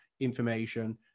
information